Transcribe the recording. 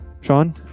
Sean